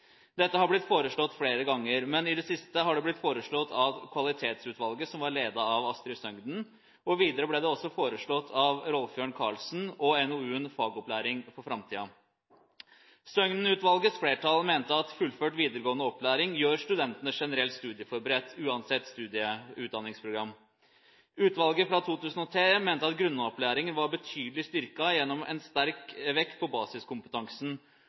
Dette har blitt foreslått flere ganger, men i det siste har det blitt foreslått av Kvalitetsutvalget, som ble ledet av Astrid Søgnen, og videre ble det også foreslått av Rolf Jørn Karlsen og NOU-en Fagopplæring for framtida. Søgnen-utvalgets flertall mente at fullført videregående opplæring gjør studenter generelt studieforberedt uansett utdanningsprogram. Utvalget fra 2003 mente at grunnopplæringen var betydelig styrket gjennom en sterk vekt på basiskompetansen,